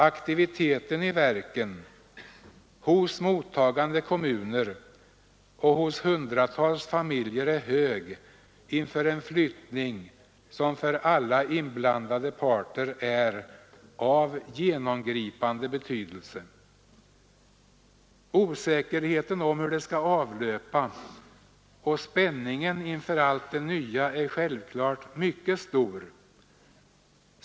Aktiviteten i verken, hos mottagande kommuner och hos hundratals familjer är hög inför en flyttning som för alla inblandade parter är av genomgripande betydelse. Osäkerheten om hur det skall avlöpa och spänningen inför allt det nya är självklart mycket stora.